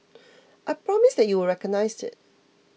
I promise that you will recognised it